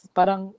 Parang